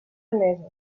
emesos